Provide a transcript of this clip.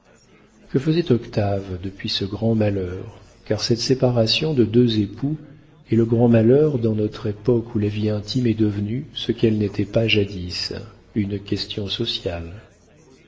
que faisait octave depuis ce grand malheur car cette séparation de deux époux est le grand malheur dans notre époque où la vie intime est devenue ce qu'elle n'était pas jadis une question sociale